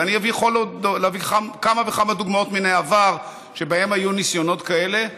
אני יכול להביא עוד כמה וכמה דוגמאות מן העבר לניסיונות כאלה,